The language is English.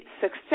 success